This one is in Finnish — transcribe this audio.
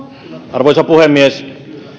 arvoisa puhemies ensinnäkin